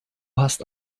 hast